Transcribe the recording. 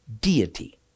deity